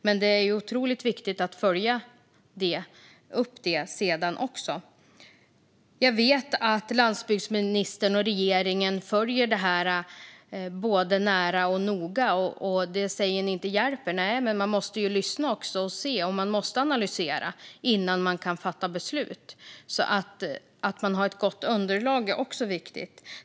Men det är viktigt att följa upp det sedan. Jag vet att landsbygdsministern och regeringen följer detta nära och noga. Ni säger att det inte hjälper. Men man måste lyssna och se också, och man måste analysera innan man kan fatta beslut. Att man har ett gott underlag är också viktigt.